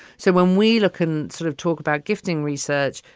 so when we look and sort of talk about gifting research,